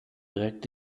direkt